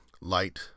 light